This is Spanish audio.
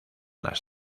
las